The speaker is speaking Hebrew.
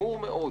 חמור מאוד.